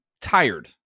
tired